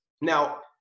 Now